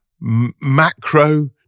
macro